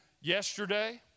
yesterday